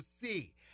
see